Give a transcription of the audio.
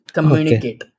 Communicate